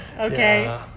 okay